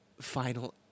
final